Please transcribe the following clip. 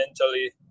mentally